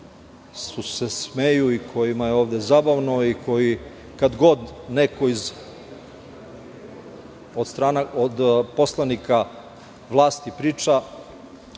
se smeju i kojima je ovde zabavno i koji kad kod neko od strane poslanika vlasti priča